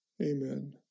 amen